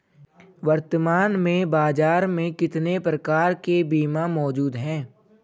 वर्तमान में बाज़ार में कितने प्रकार के बीमा मौजूद हैं?